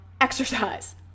exercise